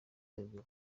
kwegura